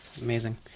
Amazing